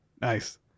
Nice